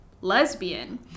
lesbian